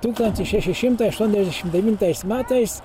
tūkstantis šeši šimtai aštuondešim devintais metais